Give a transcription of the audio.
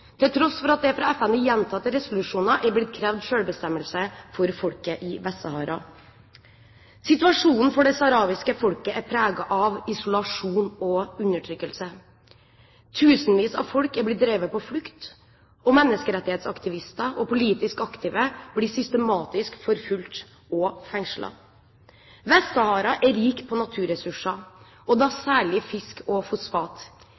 til tross for at det fra FN i gjentatte resolusjoner er blitt krevd selvbestemmelse for folket i Vest-Sahara. Situasjonen for det sahrawiske folket er preget av isolasjon og undertrykkelse. Tusenvis av folk har blitt drevet på flukt, og menneskerettighetsaktivister og politisk aktive blir systematisk forfulgt og fengslet. Vest-Sahara er rik på naturressurser, og da særlig fisk og fosfat,